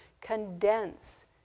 condense